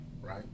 right